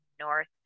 North